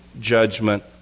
judgment